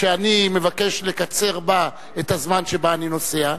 שאני מבקש לקצר בה את הזמן שבו אני נוסע,